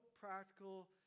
practical